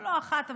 לא מס' אחת,